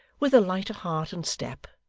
with a lighter heart and step,